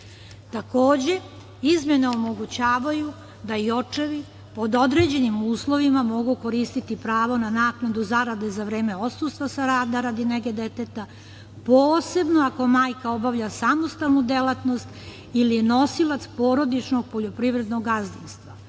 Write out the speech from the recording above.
Takođe, izmene omogućavaju da i očevi pod određenim uslovima mogu koristiti pravo na naknadu zarade za vreme odsustva sa rada radi nege deteta, posebno ako majka obavlja samostalnu delatnost ili je nosilac porodičnog poljoprivrednog gazdinstva.